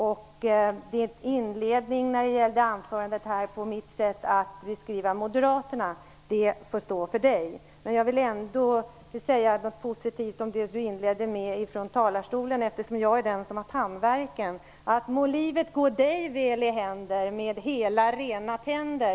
Det Mikael Odenberg sade i sin inledning om mitt sätt att beskriva moderaterna får stå för honom själv. Men jag vill ändå säga något positivt om det som han inledde med att säga från talarstolen, eftersom jag är den som har tandvärken: Må livet gå dig väl i händer, med hela rena tänder.